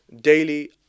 daily